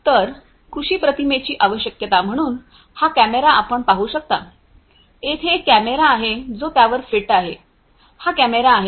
तर कृषी प्रतिमेची आवश्यकता म्हणून हा कॅमेरा आपण पाहू शकता तेथे एक कॅमेरा आहे जो त्यावर फिट आहे तो हा कॅमेरा आहे